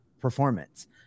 performance